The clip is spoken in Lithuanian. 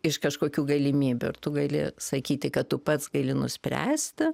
iš kažkokių galimybių ir tu gali sakyti kad tu pats gali nuspręsti